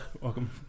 Welcome